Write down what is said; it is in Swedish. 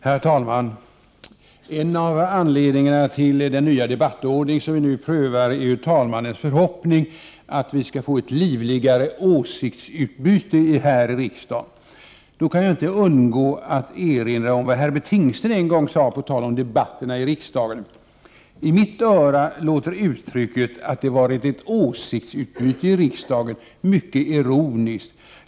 Herr talman! En av anledningarna till den nya debattordning som vi nu prövar är talmannens förhoppning att vi skall få ett livligare åsiktsutbyte här i riksdagen. Då kan jag inte undgå att erinra om vad Herbert Tingsten en gång sade på tal om debatterna i riksdagen: I mitt öra låter uttrycket att det varit ett åsiktsutbyte i riksdagen mycket ironiskt.